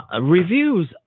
reviews